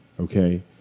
okay